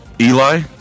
eli